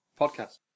Podcast